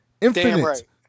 Infinite